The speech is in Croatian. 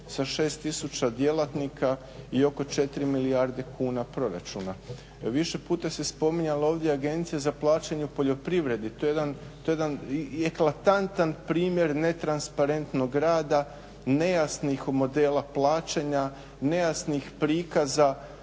sa 6000 djelatnika i oko 4 milijarde kuna proračuna. Više puta se spominjala ovdje Agencija za plaćanje u poljoprivredi. To je jedan eklatantan primjer netransparentnog rada, nejasnih modela plaćanja, nejasnih prikaza.